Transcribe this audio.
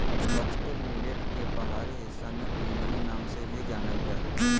foxtail millet के पहाड़ी हिस्सा में कंगनी नाम से भी जानल जा हइ